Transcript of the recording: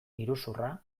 iruzurra